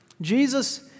Jesus